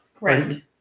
Right